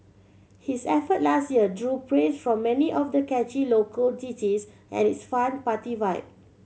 his effort last year drew praise from many of the catchy local ditties and its fun party vibe